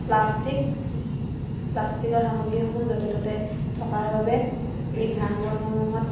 plastic প্লাষ্টিকৰ সামগ্ৰীসমূহ য'তে ত'তে থকাৰ বাবে এই ঘাঁহ বনসমূহত